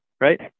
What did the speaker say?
right